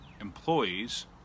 employees